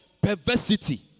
perversity